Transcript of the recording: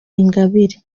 ingabire